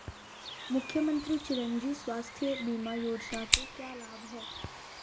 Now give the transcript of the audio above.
मुख्यमंत्री चिरंजी स्वास्थ्य बीमा योजना के क्या लाभ हैं?